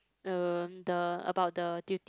uh the about the duty